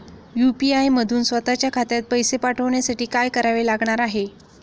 UPI मधून स्वत च्या खात्यात पैसे पाठवण्यासाठी काय करावे लागणार आहे?